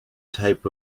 type